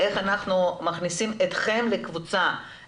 אנחנו לא יכולים להשאיר אתכם לריב זה עם